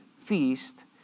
feast